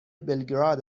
بلگراد